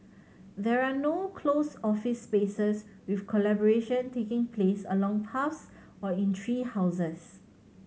there are no closed office spaces with collaboration taking place along paths or in tree houses